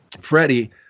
Freddie